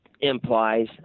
implies